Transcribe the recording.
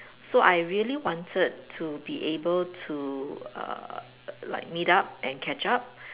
so I really wanted to be able to err like meet up and catch up